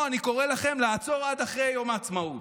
אני קורא לכם לעצור עד אחרי יום העצמאות.